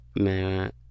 man